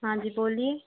हाँ जी बोलिए